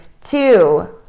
two